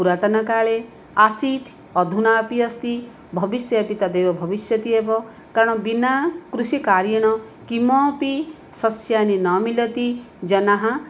पुरातनकाले आसीत् अधुना अपि अस्ति भविष्यति तदेव भविष्यति एव कारणं विना कृषिकार्येण किमपि सस्यानि न मिलति जनः